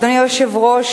אדוני היושב-ראש,